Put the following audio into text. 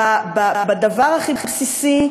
בדבר הכי בסיסי,